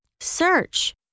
Search